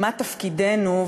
מה תפקידנו,